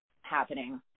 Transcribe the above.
happening